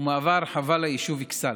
ומהווה הרחבה ליישוב אכסאל.